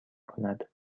کند